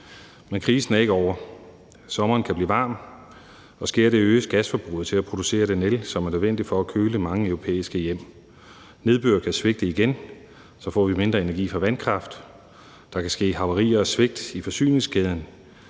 Men krisen er ikke ovre. Sommeren kan blive varm, og sker det, øges gasforbruget til at producere den el, som er nødvendig for at køle mange europæiske hjem. Nedbøren kan svigte igen, og så får vi mindre energi fra vandkraft. Der kan ske havarier og svigt i forsyningskæden